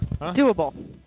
Doable